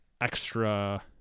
extra